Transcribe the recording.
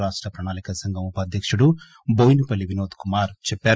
రాష్ట ప్రణాళికా సంఘం ఉపాధ్యకుడు బోయనపల్లి వినోద్ కుమార్ చెప్పారు